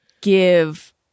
give